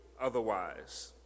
otherwise